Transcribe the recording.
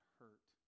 hurt